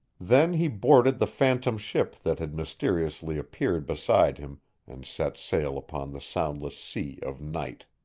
then he boarded the phantom ship that had mysteriously appeared beside him and set sail upon the soundless sea of night.